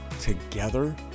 Together